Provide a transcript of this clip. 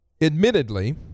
Admittedly